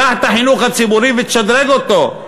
קח את החינוך הציבורי ותשדרג אותו,